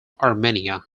armenia